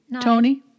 Tony